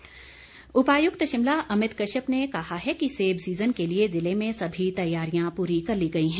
अमित कश्यप उपायुक्त शिमला अमित कश्यप ने कहा है कि सेब सीजन के लिए जिले में सभी तैयारियां पूरी कर ली गई हैं